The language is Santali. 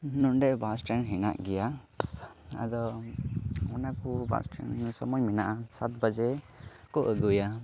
ᱱᱚᱰᱮ ᱵᱟᱥᱴᱮᱱᱰ ᱢᱮᱱᱟᱜ ᱜᱮᱭᱟ ᱟᱫᱚ ᱚᱱᱟ ᱠᱚ ᱵᱟᱥᱴᱮᱱᱰ ᱥᱚᱢᱚᱭ ᱢᱮᱱᱟᱜᱼᱟ ᱥᱟᱛ ᱵᱟᱡᱮ ᱠᱚ ᱟᱹᱜᱩᱭᱟ